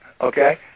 okay